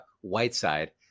Whiteside